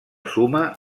suma